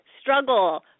struggle